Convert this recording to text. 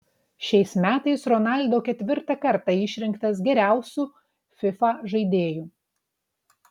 šiais metais ronaldo ketvirtą kartą išrinktas geriausiu fifa žaidėju